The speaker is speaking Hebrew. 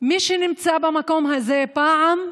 שמי שנמצא במקום הזה פעם,